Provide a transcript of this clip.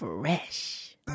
Fresh